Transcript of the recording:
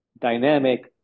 dynamic